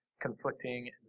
conflicting